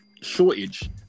shortage